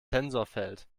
tensorfeld